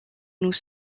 nous